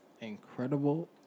Incredible